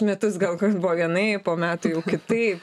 metus gal koks buvo vienaip po metų jau kitai